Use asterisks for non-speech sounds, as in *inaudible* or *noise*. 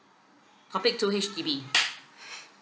topic two H_D_B *noise*